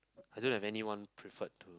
I don't have anyone preferred to